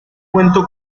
cuento